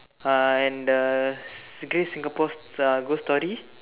uh and the great Singapore uh ghost story